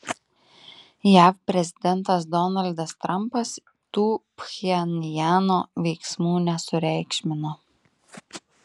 jav prezidentas donaldas trampas tų pchenjano veiksmų nesureikšmino